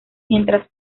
mientras